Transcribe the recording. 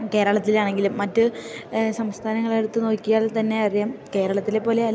കേരളത്തിലാണെങ്കിലും മറ്റ് സംസ്ഥാനങ്ങളെടുത്ത് നോക്കിയാൽ തന്നെ അറിയാം കേരളത്തിലെ പോലെയല്ല